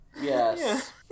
Yes